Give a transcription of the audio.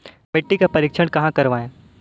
मिट्टी का परीक्षण कहाँ करवाएँ?